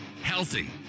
healthy